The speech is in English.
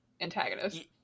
antagonist